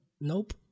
Nope